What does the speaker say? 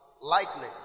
lightning